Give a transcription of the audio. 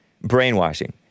brainwashing